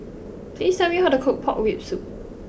please tell me how to cook Pork Rib Soup